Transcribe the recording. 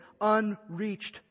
unreached